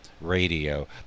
radio